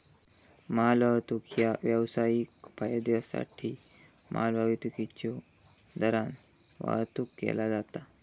मालवाहतूक ह्या व्यावसायिक फायद्योसाठी मालवाहतुकीच्यो दरान वाहतुक केला जाता